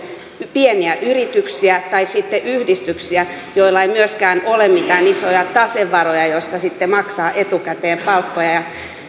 pieniä yrityksiä tai sitten yhdistyksiä joilla ei myöskään ole mitään isoja tasevaroja joista sitten maksaa etukäteen palkkoja